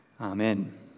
Amen